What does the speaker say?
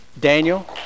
Daniel